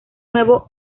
nuevo